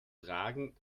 tragen